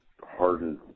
hardened